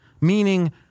Meaning